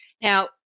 Now